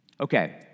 Okay